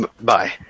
Bye